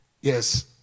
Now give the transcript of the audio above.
Yes